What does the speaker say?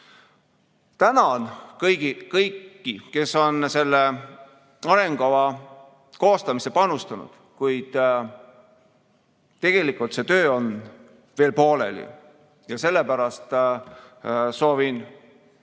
Tänan kõiki, kes on selle arengukava koostamisse panustanud. Kuid tegelikult on see töö veel pooleli ja sellepärast soovin jõudu